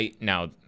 Now